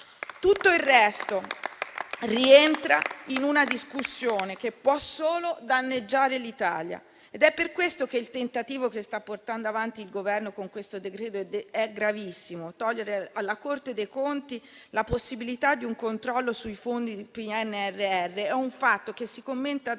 Tutto il resto rientra in una discussione che può solo danneggiare l'Italia. Ed è per questo che il tentativo che sta portando avanti il Governo con questo decreto è gravissimo. Togliere alla Corte dei conti la possibilità di un controllo sui fondi PNRR è un fatto che si commenta da